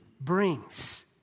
brings